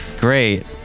Great